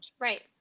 right